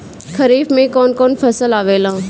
खरीफ में कौन कौन फसल आवेला?